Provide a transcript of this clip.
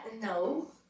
No